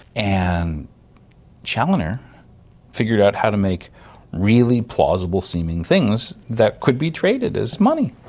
and chaloner figured out how to make really plausible-seeming things that could be traded as money.